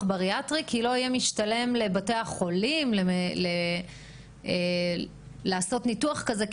בריאטרי כי לבתי החולים לא יהיה משתלם לעשות ניתוח כזה,